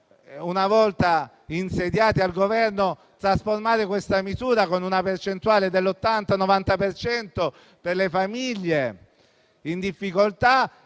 una volta insediati al Governo, trasformare questa misura con una percentuale dell'80-90 per cento, per le famiglie in difficoltà,